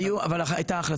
אבל הייתה,